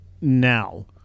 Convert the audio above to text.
now